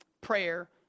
prayer